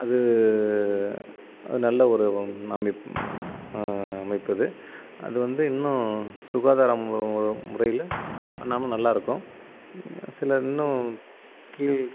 அது நல்ல ஒரு அமைப் அமைப்பது அது வந்து இன்னும் சுகாதார முறையில் பண்ணிணாங்கன்னா நல்லாயிருக்கும் சில இன்னும் கீழ்